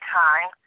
time